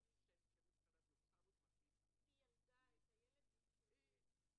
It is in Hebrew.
זה יורד בצורה משמעותית 1.7%,